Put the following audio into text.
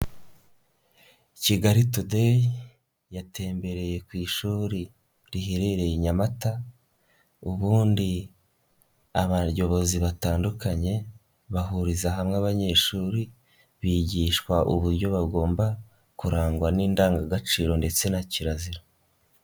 Kigali today yatembereye ku ishuri riherereye i Nyamata, ubundi abayobozi batandukanye bahuriza hamwe abanyeshuri bigishwa uburyo bagomba kurangwa n'indangagaciro ndetse na kirazira.